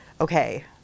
okay